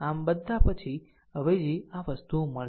આમ બધા પછી અવેજી આ વસ્તુઓ મળશે